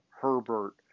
Herbert